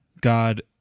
god